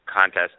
contest